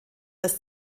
das